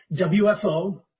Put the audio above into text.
WFO